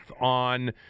on